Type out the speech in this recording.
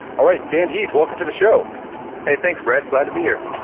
alright, dan heath welcome to the show hey, thanks, brett, glad to be here.